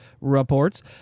reports